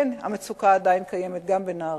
כן, המצוקה עדיין קיימת, גם בנהרייה.